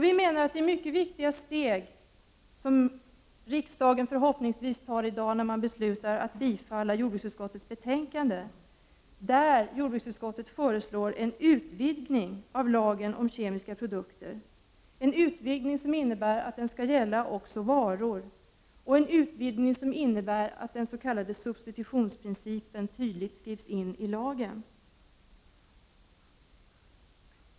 Vi menar att det är mycket viktiga steg som riksdagen tar i dag när man förhoppningsvis beslutar att bifalla jordbruksutskottets hemställan. Jordbruksutskottet föreslår en utvidgning av lagen om kemiska produkter, en utvidgning som innebär att lagen skall gälla också varor och att den s.k. substitutionsprincipen tydligt skrivs in i lagen.